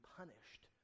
punished